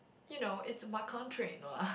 you know it's my country no lah